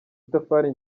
itafari